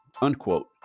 unquote